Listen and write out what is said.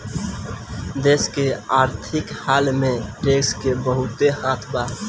देश के आर्थिक हाल में टैक्स के बहुते हाथ बा